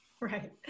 Right